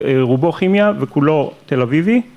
רובו כימיה וכולו תל אביבי